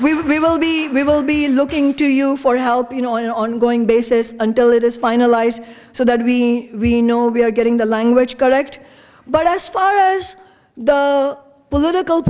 be we will be looking to you for help you know in an ongoing basis until it is finalized so that we we know we are getting the language correct but as far as the political